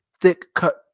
thick-cut